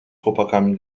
chłopakami